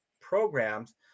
programs